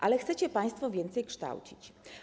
Ale chcecie państwo więcej kształcić.